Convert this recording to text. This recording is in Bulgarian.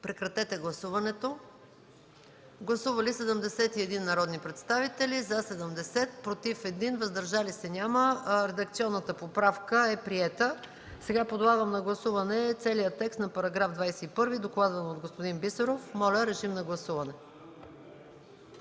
колеги, гласувайте. Гласували 71 народни представители: за 70, против 1, въздържали се няма. Редакционната поправка е приета. Сега подлагам на гласуване целия текст на § 21, докладван от господин Бисеров. Гласували